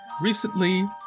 Recently